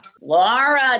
Laura